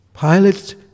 Pilate